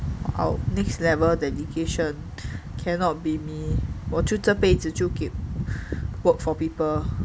our next level dedication cannot be me 我就这辈子就给 work for people